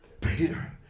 Peter